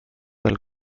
del